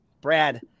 Brad